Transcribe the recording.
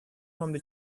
from